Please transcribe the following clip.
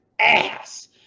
ass